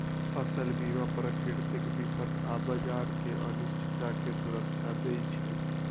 फसल बीमा प्राकृतिक विपत आऽ बाजार के अनिश्चितता से सुरक्षा देँइ छइ